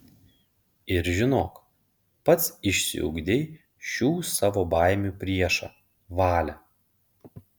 ir žinok pats išsiugdei šių savo baimių priešą valią